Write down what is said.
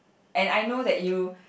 and I know that you